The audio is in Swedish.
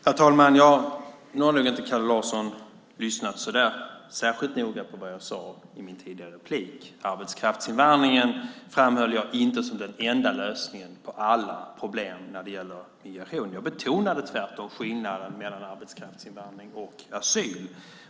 Herr talman! Kalle Larsson har nog inte lyssnat så särskilt noga på vad jag sade i mitt tidigare inlägg. Jag framhöll inte arbetskraftsinvandringen som den enda lösningen på alla problem när det gäller migration. Jag betonade tvärtom skillnaden mellan arbetskraftsinvandring och asyl.